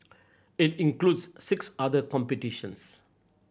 it includes six other competitions